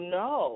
no